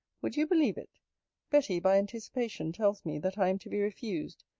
would you believe it betty, by anticipation, tells me, that i am to be refused.